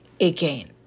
again